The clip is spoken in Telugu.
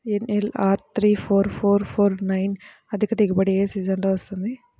NLR three four four four nine అధిక దిగుబడి ఏ సీజన్లలో వస్తుంది?